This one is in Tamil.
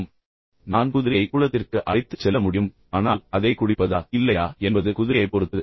ஆனால் நான் மீண்டும் சொன்னது போல் நான் குதிரையை குளத்திற்கு அழைத்துச் செல்ல முடியும் ஆனால் அதைக் குடிப்பதா இல்லையா என்பது குதிரையைப் பொறுத்தது